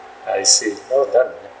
I see well done